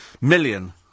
million